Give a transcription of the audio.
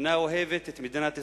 אינה אוהבת את מדינת ישראל.